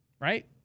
right